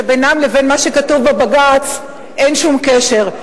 שבינם לבין מה שכתוב בבג"ץ אין שום קשר.